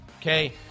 Okay